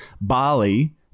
bali